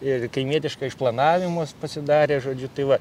ir kaimietišką išplanavimus pasidarė žodžiu tai va